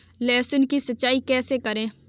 लहसुन की सिंचाई कैसे करें?